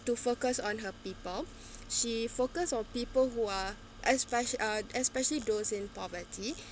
to focus on her people she focused on people who are espe~ uh especially those in poverty